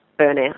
burnout